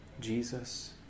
Jesus